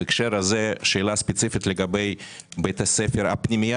בהקשר הזה שאלה ספציפית לגבי הפנימייה